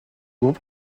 groupe